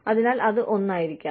അതിനാൽ അത് ഒന്നായിരിക്കാം